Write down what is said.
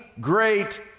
great